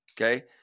Okay